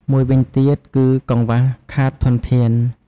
មួយវិញទៀត គឺ កង្វះខាតធនធាន។